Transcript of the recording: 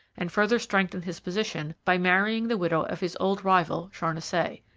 and further strengthened his position by marrying the widow of his old rival charnisay.